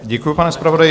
Děkuji, pane zpravodaji.